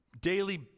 daily